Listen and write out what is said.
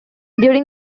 during